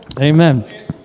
amen